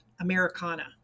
Americana